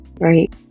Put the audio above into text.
right